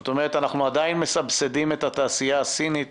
זאת אומרת, אנחנו עדיין מסבסדים את התעשייה הסינית